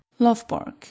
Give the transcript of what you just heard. Lovborg